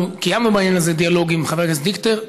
אנחנו קיימנו בעניין הזה דיאלוג עם חבר הכנסת דיכטר,